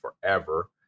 forever